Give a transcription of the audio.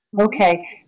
Okay